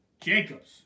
Jacobs